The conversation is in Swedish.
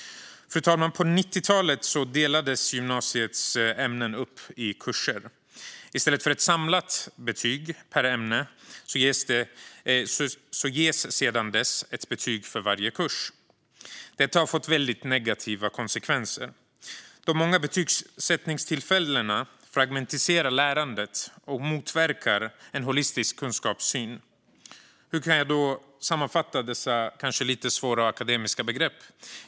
Fru talman! På 90-talet delades gymnasiets ämnen upp i kurser. I stället för ett samlat betyg per ämne ges sedan dess ett betyg för varje kurs. Detta har fått väldigt negativa konsekvenser. De många betygsättningstillfällena fragmentiserar lärandet och motverkar en holistisk kunskapssyn. Hur kan jag sammanfatta dessa kanske lite svåra akademiska begrepp?